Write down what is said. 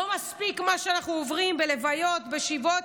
לא מספיק מה שאנחנו עוברים בלוויות, בשבעות.